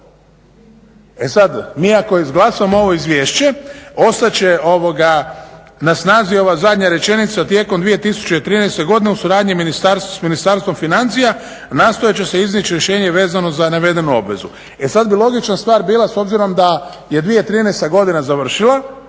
E sada mi ako izglasamo ovo izvješće ostat će na snazi ova zadnja rečenica, tijekom 2013.godine u suradnji s Ministarstvom financija nastojat će iznijet rješenje vezano za navedenu obvezu. E sada bi logična stvar bila s obzirom da je 2013.godina završila